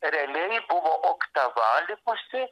realiai buvo oktava likusi